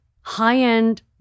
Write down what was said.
high-end